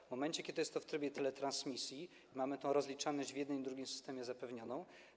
W momencie kiedy jest to w trybie teletransmisji, mamy tę rozliczalność w jednym i w drugim systemie zapewnioną.